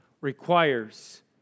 requires